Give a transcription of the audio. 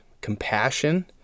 compassion